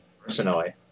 personally